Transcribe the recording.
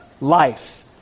Life